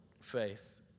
faith